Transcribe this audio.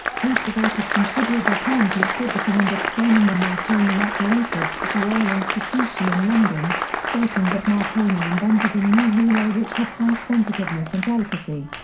preece devoted considerable time to exhibiting and explaining the marconi apparatus at the royal institution in london, stating that marconi invented a new relay which had high sensitiveness and delicacy.